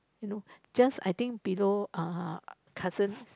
you know just I think below uh cousins